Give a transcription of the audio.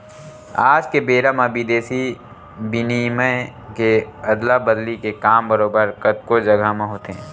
आज के बेरा म बिदेसी बिनिमय के अदला बदली के काम बरोबर कतको जघा म होथे